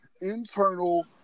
internal